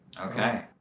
Okay